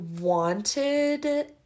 wanted